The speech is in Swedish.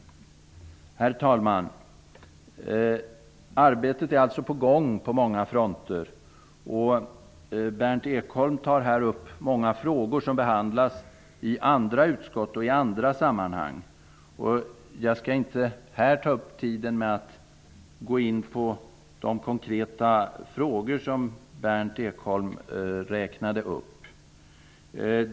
Herr talman! Arbetet är alltså på gång på många fronter. Berndt Ekholm tar upp många frågor som behandlats i andra utskott och i andra sammanhang. Jag skall inte ta upp kammarens tid med att gå in på de konkreta frågor som Berndt Ekholm räknade upp.